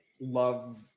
love